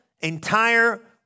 entire